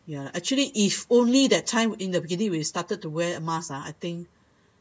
ya actually if only that time in the beginning we started to wear mask ah I think